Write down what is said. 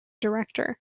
director